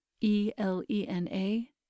E-L-E-N-A